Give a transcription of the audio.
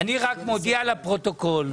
אני רק מודיע לפרוטוקול,